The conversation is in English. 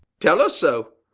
tell her so.